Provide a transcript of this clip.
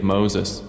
Moses